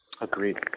Agreed